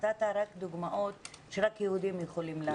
נתת רק דוגמאות שרק יהודים יכולים להבין אותם.